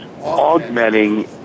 augmenting